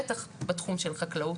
בטח בתחום של חקלאות.